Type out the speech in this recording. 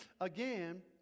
Again